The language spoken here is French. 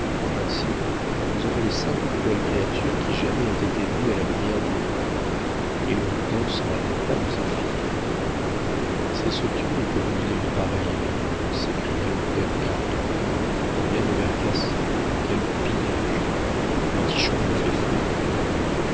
ainsi vous aurez les cinq plus belles créatures qui jamais aient été vues à la lumière d'une rampe et l'on vous dansera des pas de zéphire c'est se tuer que de mener une pareille vie s'écria le père cardot combien de verres cassés quel pillage l'antichambre fait frémir